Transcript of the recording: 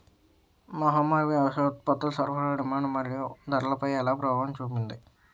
మహమ్మారి వ్యవసాయ ఉత్పత్తుల సరఫరా డిమాండ్ మరియు ధరలపై ఎలా ప్రభావం చూపింది?